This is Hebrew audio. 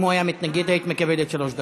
אם הוא היה מתנגד היית מקבלת שלוש דקות.